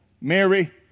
Mary